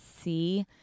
see